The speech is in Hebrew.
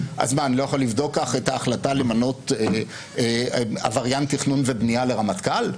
אני לא יכול לבדוק כך את ההחלטה למנות עבריין תכנון ובנייה לרמטכ"ל?